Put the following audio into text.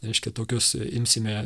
reiškia tokius imsime